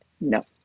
No